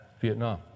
Vietnam